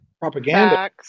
Propaganda